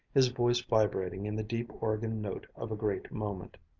his voice vibrating in the deep organ note of a great moment,